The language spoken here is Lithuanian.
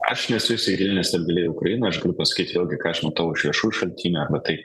aš nesu įsigilinęs taip giliai ukrainoj aš galiu pasakyti vėl gi ką aš matau iš viešųjų šaltinių arba tai